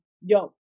yo